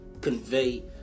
convey